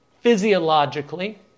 Physiologically